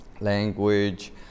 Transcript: language